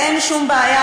אין שום בעיה,